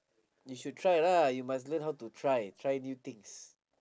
you should try lah you must learn how to try try new things